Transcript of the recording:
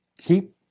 Keep